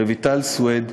רויטל סויד,